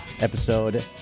Episode